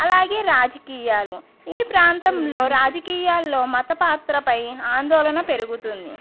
అలాగే రాజకీయాలు ఈ ప్రాంతంలో రాజకీయాల్లో మత పాత్రపై ఆందోళన పెరుగుతుంది